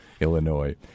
Illinois